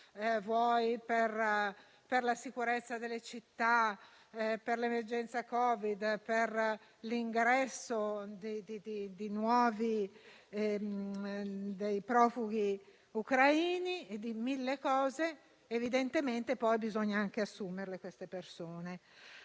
per la sicurezza delle città, per l'emergenza Covid, per l'ingresso dei profughi ucraini e per mille altre cose; evidentemente poi bisogna anche assumerle queste persone.